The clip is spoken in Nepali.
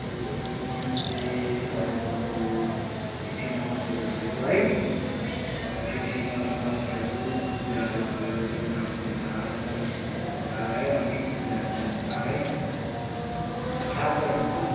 ए यहाँनिर चाहिँ तपाईँको अब फिफ्टिन अगस्टहरू भयो है अन्त फिफ्टिन अगस्टहरू पूजाहरू भयो दुर्गा पूजा सरस्वती पूजा है अनेक पूजाहरू हुन्छ है चाडबाडहरू त